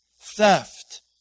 theft